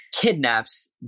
kidnaps